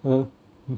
hmm mm